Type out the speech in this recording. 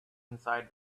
inside